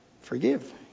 forgive